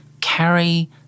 carry